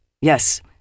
Yes